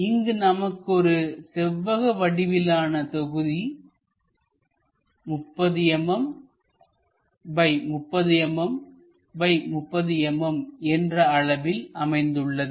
இங்கு நமக்கு ஒரு செவ்வக வடிவிலான தொகுதி 30mmx30mmx30mm என்ற அளவில் அமைந்துள்ளது